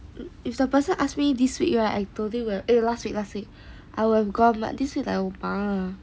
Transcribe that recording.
if the person ask me this week right I today eh last week last week I will go but this week like bo hua